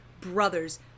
brothers